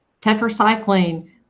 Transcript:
tetracycline